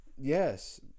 Yes